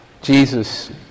Jesus